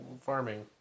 farming